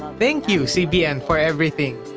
thank you, cbn, for everything.